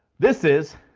this is,